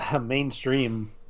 mainstream